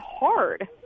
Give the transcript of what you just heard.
hard